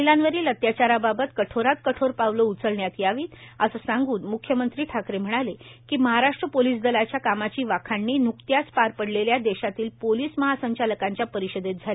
महिलांवरील अत्याचारुबाबत कठोरात कठोर पावले उचलण्यात यावीत असे सांगून म्ख्यमंत्री ठाकरे म्हणाले की महाराष्ट्र पोलीस दलाच्या कामाची वाखाणणी न्कत्याच पार पडलेल्या देशातील पोलीस महासंचालकांच्या परिषदेत झाली